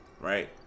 right